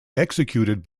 executed